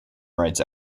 rights